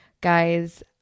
Guys